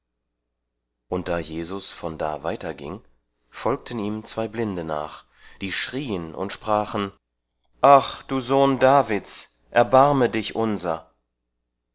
und da jesus von da weiterging folgten ihm zwei blinde nach die schrieen und sprachen ach du sohn davids erbarme dich unser